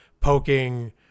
poking